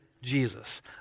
Jesus